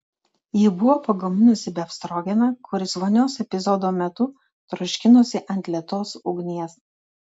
ji buvo pagaminusi befstrogeną kuris vonios epizodo metu troškinosi ant lėtos ugnies